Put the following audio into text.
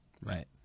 right